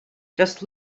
just